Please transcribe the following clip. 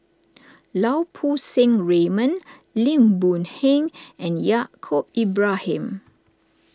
Lau Poo Seng Raymond Lim Boon Heng and Yaacob Ibrahim